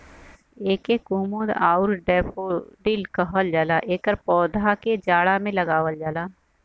एके कुमुद आउर डैफोडिल कहल जाला एकर पौधा के जाड़ा में लगावल जाला